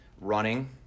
running